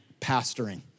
pastoring